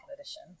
edition